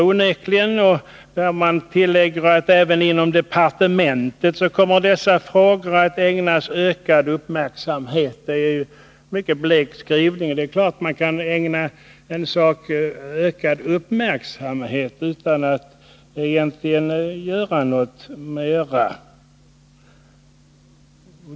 Man tillägger att ”dessa frågor även inom departementet kommer att ägnas ökad uppmärksamhet”. Det är en mycket blek skrivning. Det är klart att man kan ägna något ”ökad uppmärksamhet” utan att egentligen göra något mer.